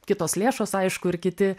kitos lėšos aišku ir kiti